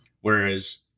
Whereas